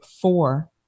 four